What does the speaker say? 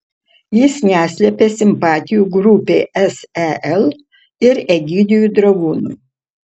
jis neslepia simpatijų grupei sel ir egidijui dragūnui